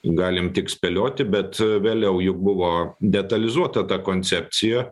galim tik spėlioti bet vėliau juk buvo detalizuota ta koncepcija